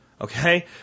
Okay